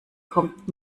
kommt